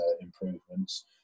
improvements